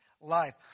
life